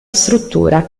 struttura